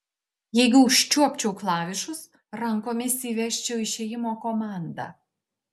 jeigu užčiuopčiau klavišus rankomis įvesčiau išėjimo komandą